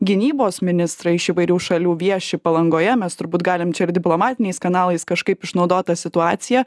gynybos ministrai iš įvairių šalių vieši palangoje mes turbūt galim čia ir diplomatiniais kanalais kažkaip išnaudot tą situaciją